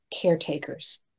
caretakers